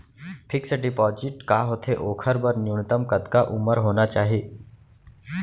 Fix deposit का होथे ओखर बर न्यूनतम कतका उमर होना चाहि?